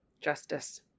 Justice